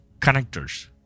connectors